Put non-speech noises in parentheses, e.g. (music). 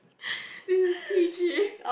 (laughs) this is P_G